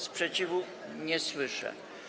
Sprzeciwu nie słyszę.